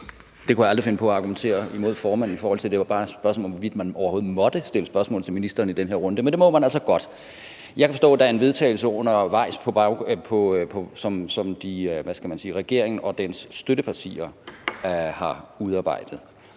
Det kunne jeg aldrig finde på at argumentere imod formanden i forhold til. Det var bare et spørgsmål om, hvorvidt man overhovedet måtte stille spørgsmål til ministeren i den her runde. Men det må man altså godt. Jeg kan forstå, at der er et forslag til vedtagelse undervejs, som regeringen og dens støttepartier har udarbejdet,